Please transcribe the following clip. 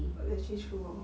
that's actually true hor